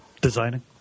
designing